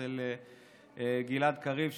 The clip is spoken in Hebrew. אצל גלעד קריב,